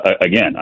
Again